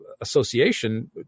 association